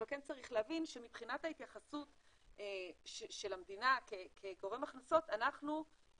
אבל כן צריך להבין שמבחינת ההתייחסות של המדינה כגורם הכנסות למעשה,